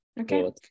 Okay